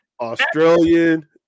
Australian